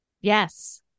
Yes